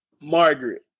Margaret